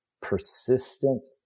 persistent